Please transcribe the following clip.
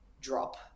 drop